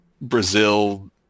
Brazil